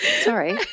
Sorry